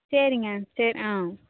சரிங்க சரி ஆ